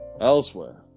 elsewhere